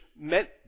meant